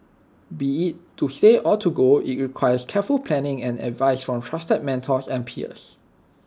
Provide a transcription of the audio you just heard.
be IT to stay or to go IT requires careful planning and advice from trusted mentors and peers